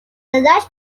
задач